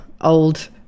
old